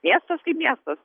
miestas kaip miestas